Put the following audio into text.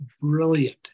brilliant